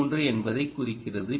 3 என்பதைக் குறிக்கிறது